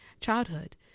childhood